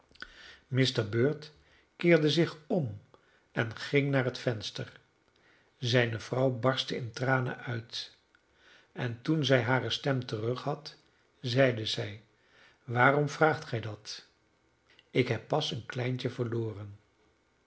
mr bird keerde zich om en ging naar het venster zijne vrouw barstte in tranen uit en toen zij hare stem terug had zeide zij waarom vraagt gij dat ik heb pas een kleintje verloren